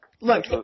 Look